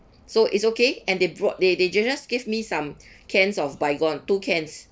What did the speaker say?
so it's okay and they brought they they just gave me some cans of baygon two cans